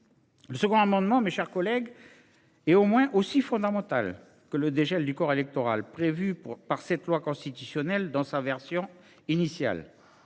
Le second amendement a un objet au moins aussi fondamental que le dégel du corps électoral prévu par ce projet de loi constitutionnelle dans sa version initiale.